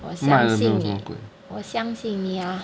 卖了没有这么贵